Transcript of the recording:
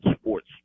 sports